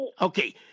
Okay